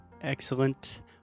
excellent